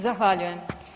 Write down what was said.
Zahvaljujem.